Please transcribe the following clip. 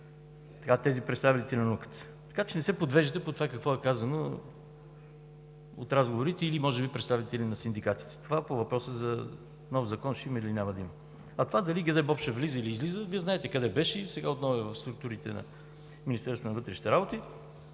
тези представители на науката. Така че не се подвеждайте по това какво е казано в разговорите или може би от представители на синдикатите. Това по въпроса ще има или няма да има нов Закон. А това дали ГДБОП ще влиза или излиза, Вие знаете къде беше и сега отново е в структурите на Министерството на вътрешните работи.